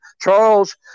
Charles